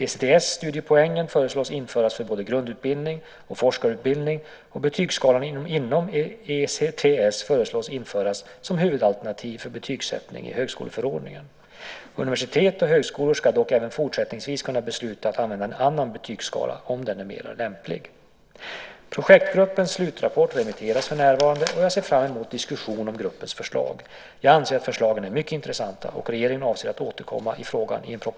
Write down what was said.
ECTS-studiepoängen föreslås införas för både grundutbildning och forskarutbildning, och betygsskalan inom ECTS föreslås införas som huvudalternativ för betygssättning i högskoleförordningen. Universitet och högskolor ska dock även fortsättningsvis kunna besluta att använda en annan betygsskala, om den är mer lämplig. Projektgruppens slutrapport remitteras för närvarande, och jag ser fram emot diskussionen om gruppens förslag. Jag anser att förslagen är mycket intressanta, och regeringen avser att återkomma i frågan i en proposition under 2005.